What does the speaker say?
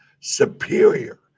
superior